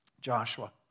Joshua